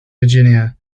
virginia